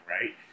right